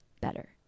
better